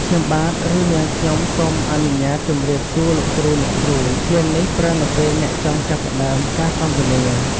ខ្ញុំបាទ ឬ នាងខ្ញុំសូមអនុញ្ញាតជម្រាបសួរលោកគ្រូ អ្នកគ្រូ!" ឃ្លានេះប្រើនៅពេលអ្នកចង់ចាប់ផ្ដើមការសន្ទនា។